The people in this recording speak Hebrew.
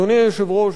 אדוני היושב-ראש,